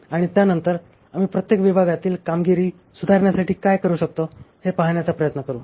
आणि त्यानंतर आम्ही प्रत्येक विभागातील कामगिरी सुधारण्यासाठी काय करू शकतो हे पाहण्याचा प्रयत्न करू